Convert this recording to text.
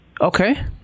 Okay